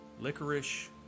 licorice